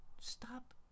Stop